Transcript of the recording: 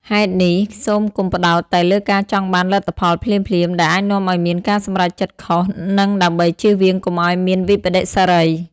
ហេតុនេះ សូមកុំផ្តោតតែលើការចង់បានលទ្ធផលភ្លាមៗ ដែលអាចនាំឱ្យមានការសម្រេចចិត្តខុស និងដើម្បីជៀសវៀងកុំអោយមានវិប្បដិសេរី។